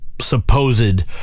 supposed